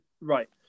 right